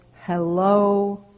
Hello